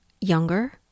younger